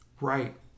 Right